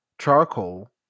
charcoal